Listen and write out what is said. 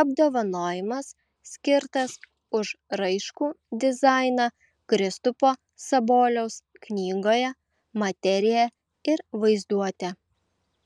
apdovanojimas skirtas už raiškų dizainą kristupo saboliaus knygoje materija ir vaizduotė